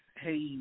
hey